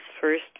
first